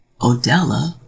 Odella